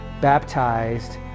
baptized